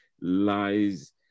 lies